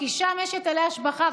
כי שם יש היטלי השבחה,